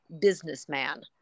businessman